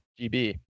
GB